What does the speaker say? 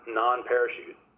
non-parachute